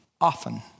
often